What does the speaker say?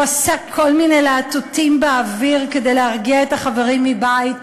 הוא עשה כל מיני להטוטים באוויר כדי להרגיע את החברים מבית,